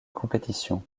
compétition